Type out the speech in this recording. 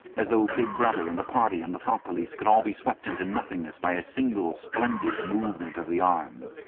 as though big brother and the party and the thought police could all be swept into nothingness by a single splendid movement of the arm.